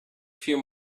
few